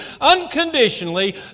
unconditionally